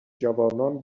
جوانان